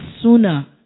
sooner